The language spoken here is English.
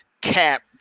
Cap